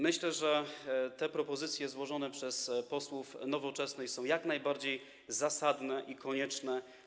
Myślę, że te propozycje złożone przez posłów Nowoczesnej są jak najbardziej zasadne i konieczne.